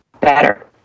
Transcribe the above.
better